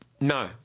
No